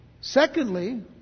Secondly